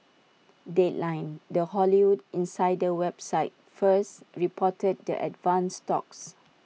deadline the Hollywood insider website first reported the advanced talks